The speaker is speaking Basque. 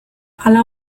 hala